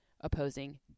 opposing